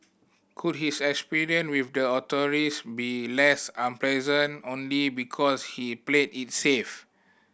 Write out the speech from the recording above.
could his experiences with the authorities be less unpleasant only because he played it safe